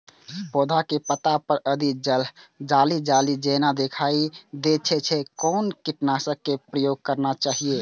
पोधा के पत्ता पर यदि जाली जाली जेना दिखाई दै छै छै कोन कीटनाशक के प्रयोग करना चाही?